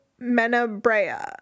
Menabrea